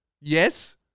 yes